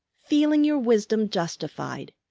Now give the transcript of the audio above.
feeling your wisdom justified.